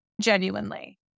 genuinely